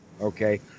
Okay